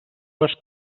les